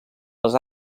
les